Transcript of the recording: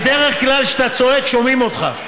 בדרך כלל, כשאתה צועק, שומעים אותך.